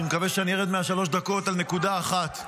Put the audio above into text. אני מקווה שאני ארד מהשלוש הדקות על נקודה אחת.